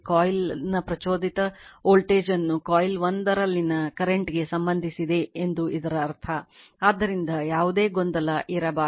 coil ಪ್ರಚೋದಿತ voltage ಅನ್ನು coil 1 ನಲ್ಲಿನ ಕರೆಂಟ್ ಗೆ ಸಂಬಂಧಿಸಿದೆ ಎಂದು ಇದರ ಅರ್ಥ ಆದ್ದರಿಂದ ಯಾವುದೇ ಗೊಂದಲ ಇರಬಾರದು